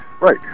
Right